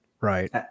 Right